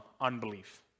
unbelief